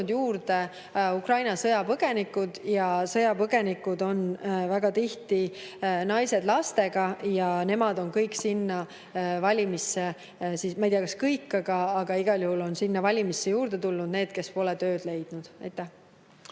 juurde Ukraina sõjapõgenikud. Sõjapõgenikud on väga tihti naised lastega ja nemad on kõik sinna valimisse juurde tulnud. Või ma ei tea, kas kõik, aga igal juhul on sinna valimisse juurde tulnud need, kes pole tööd leidnud. Aitäh!